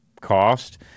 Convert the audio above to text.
cost